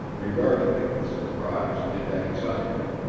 regarding him with surprise and anxiety.